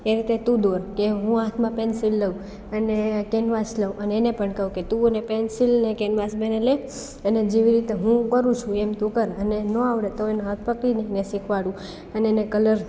એ રીતે તું દોર કે હું હાથમાં પેન્સિલ લઉં અને કેનવાસ લઉં અને એને પણ કહું કે તું અને પેન્સિલને કેનવાસ બંને લે અને જેવી રીતે હું કરું છું એમ તું કર અને ન આવડે તો એના હાથ પકડીને શિખવાડું અને એને કલર